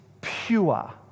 pure